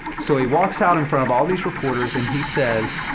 so he walks out in front of all these reporters, and he says,